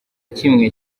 kimwe